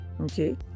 okay